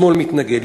השמאל מתנגד,